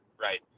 right